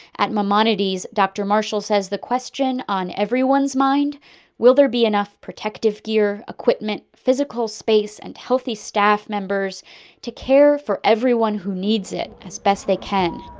at maimonides, dr. marshall says the question on everyone's mind will there be enough protective gear, equipment, physical space and healthy staff members to care for everyone who needs it as best they can?